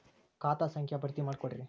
ಖಾತಾ ಸಂಖ್ಯಾ ಭರ್ತಿ ಮಾಡಿಕೊಡ್ರಿ